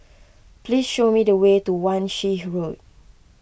please show me the way to Wan Shih Road